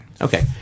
okay